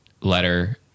letter